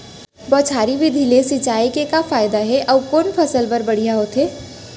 बौछारी विधि ले सिंचाई के का फायदा हे अऊ कोन फसल बर बढ़िया होथे?